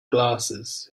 glasses